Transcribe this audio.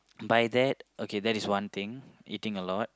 by that okay that is one thing eating a lot